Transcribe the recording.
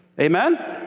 Amen